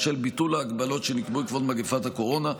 ובשל ביטול ההגבלות שנקבעו בעקבות מגפת הקורונה,